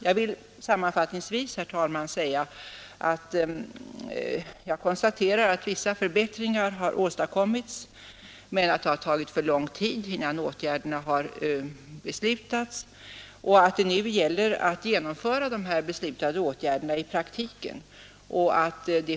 Jag vill sammanfattningsvis, herr talman, konstatera att vissa förbättringar åstadkommits men att det har tagit för lång tid innan åtgärderna beslutats och att det nu gäller att genomföra de beslutade åtgärderna i praktiken.